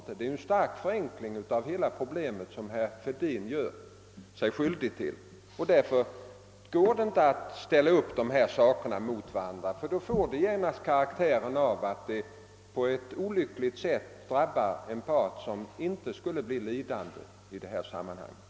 Herr Fälldin gör sig uppenbarligen skyldig till en kraftig förenkling av problemet. Det går inte att ställa dessa ting mot varandra. Då skapar man ett system som på ett olyckligt sätt drabbar en part, som inte bör bli lidande i sammanhanget.